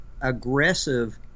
aggressive